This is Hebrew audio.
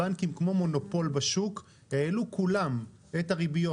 הבנקים כמו מונופול בשוק, העלו כולם את הריביות.